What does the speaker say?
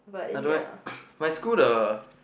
I don't know leh my school the